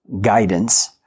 guidance